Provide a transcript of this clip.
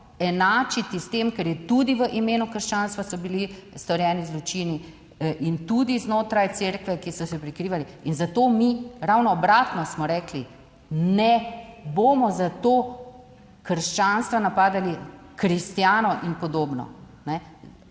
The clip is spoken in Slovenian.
enačiti s tem, kar je tudi v imenu krščanstva, so bili storjeni zločini in tudi znotraj Cerkve, ki so se prikrivali in zato mi ravno obratno smo rekli, ne bomo za to krščanstva, napadali kristjanov in podobno.